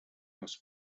aus